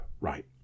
right